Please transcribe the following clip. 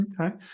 Okay